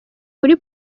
kuri